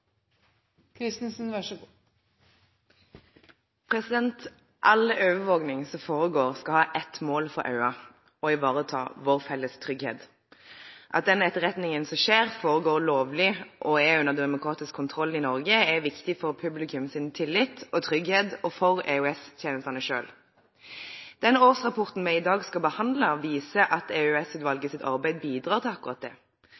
foregår, skal ha ett mål for øye: å ivareta vår felles trygghet. At den etterretningen som skjer, foregår lovlig og er under demokratisk kontroll i Norge, er viktig for publikums tillit og trygghet og for EOS-tjenestene selv. Den årsrapporten vi i dag skal behandle, viser at EOS-utvalgets arbeid bidrar til akkurat det.